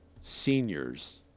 seniors